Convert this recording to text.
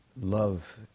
love